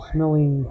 Smelling